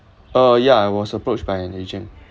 uh yeah I was approached by an agent